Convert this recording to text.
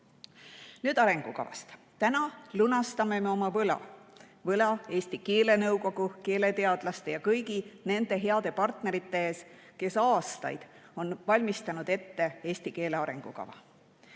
Nüüd arengukavast. Täna lunastame oma võla, võla Eesti keelenõukogu, keeleteadlaste ja kõigi nende heade partnerite ees, kes aastaid on valmistanud ette eesti keele arengukava.